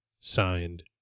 signed